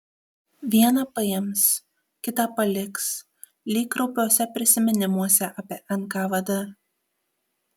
vieną paims kitą paliks lyg kraupiuose prisiminimuose apie nkvd